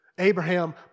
Abraham